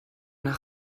nach